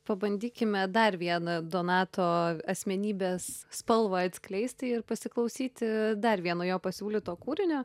pabandykime dar vieną donato asmenybės spalvą atskleisti ir pasiklausyti dar vieno jo pasiūlyto kūrinio